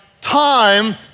time